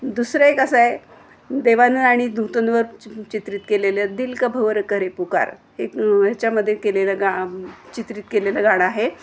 दुसरं एक असं आहे देवानंद आणि नुतनवर च चित्रित केलेलं दिल का भंवर करे पुकार एक ह्याच्यामध्ये केलेलं गा चित्रित केलेलं गाणं आहे